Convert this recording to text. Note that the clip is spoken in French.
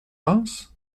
reims